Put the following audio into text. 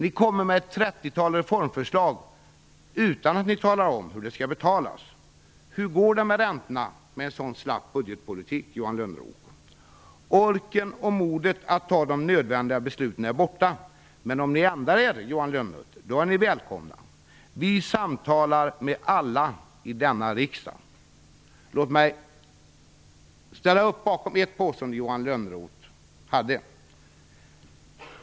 Ni kommer med ett trettiotal reformförslag utan att tala om hur de skall betalas. Hur går det med räntorna med en sådan slapp budgetpolitik, Johan Lönnroth? Orken och modet att fatta de nödvändiga besluten är borta. Men om ni ändrar er, Johan Lönnroth, är ni välkomna. Vi samtalar med alla i denna riksdag. Låt mig ställa upp bakom ett påstående som Johan Lönnroth gjorde.